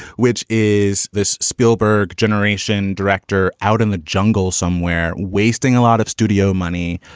which is this spielberg generation director out in the jungle somewhere, wasting a lot of studio money,